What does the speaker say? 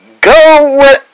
go